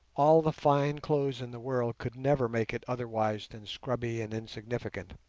all the fine clothes in the world could never make it otherwise than scrubby and insignificant